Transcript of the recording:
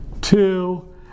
Two